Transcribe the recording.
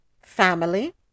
family